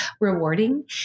rewarding